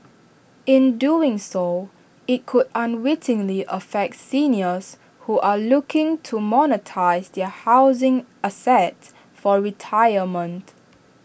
in doing so IT could unwittingly affect seniors who are looking to monetise their housing assets for retirement